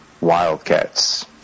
Wildcats